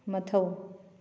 ꯃꯊꯧ